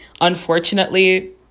unfortunately